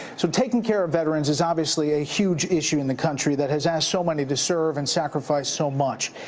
so taking care of veterans is obviously a huge issue in the country that has asked so many to serve and sacrifice so much.